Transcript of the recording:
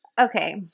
Okay